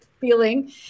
feeling